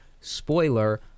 spoiler